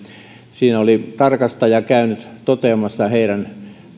siinä oli tarkastaja käynyt toteamassa heidän